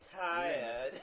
tired